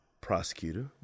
prosecutor